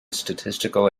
statistical